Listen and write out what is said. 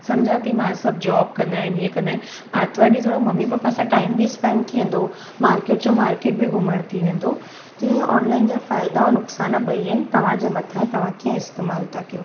सम्झां थी मां सभु जॉब कंदा आहिनि इहे कंदा आहिनि आरतवारु ॾींहुं मम्मी पप्पा सां टाइम बि स्पेंड थी वेंदो मार्केट जो मार्केट बि घुमणु थी वेंदो तीअं ई ऑनलाइन जा फ़ाइदा ऐं नुक़सान ॿई आहिनि तव्हांजे मथां तव्हां कीअं इस्तेमालु था कयो